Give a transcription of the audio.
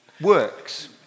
works